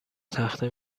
تخته